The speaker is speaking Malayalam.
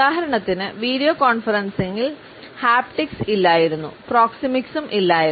ഉദാഹരണത്തിന് വീഡിയോ കോൺഫറൻസിംഗിൽ ഹാപ്റ്റിക്സ് ഇല്ലായിരുന്നു പ്രോക്സിമിക്സും ഇല്ലായിരുന്നു